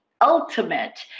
ultimate